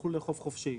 תוכלו לאכוף חופשי.